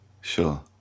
Sure